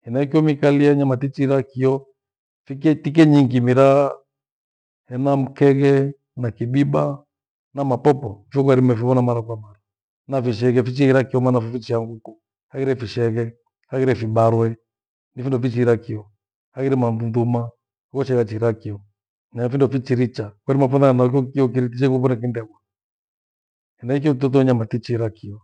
Henaichio mikilae nyama tichirakio fikie tikie nyingi mira, hena mkeghe na kibiba na mapopo viukweri nimeviona mara kwa mara. Na visheghe vichira kio maana vichianguiku haghire visheghe, haghire vibarue ni vindo vichira kio. Haghire mambumboma woche wachiira kio na vindo vichiricha kwerima fona na kokio kerikishe kerindishe uongo na kiendeagwa. Henaikio totoinyama tichirakio.